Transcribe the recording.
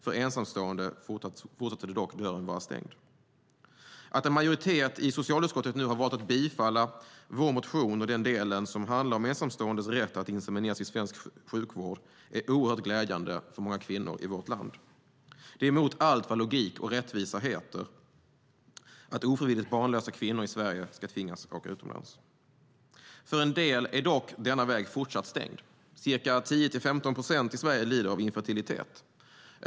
För ensamstående fortsatte dock dörren att vara stängd. Att en majoritet i socialutskottet nu har valt att bifalla vår motion och den del som handlar om ensamståendes rätt att insemineras i svensk sjukvård är oerhört glädjande för många kvinnor i vårt land. Det är emot allt vad logik och rättvisa heter att ofrivilligt barnlösa kvinnor i Sverige tvingas åka utomlands. För en del är dock denna väg fortsatt stängd. Ca 10-15 procent i Sverige lider av infertilitet.